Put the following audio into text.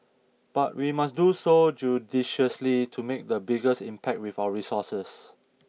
but we must do so judiciously to make the biggest impact with our resources